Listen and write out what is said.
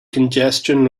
congestion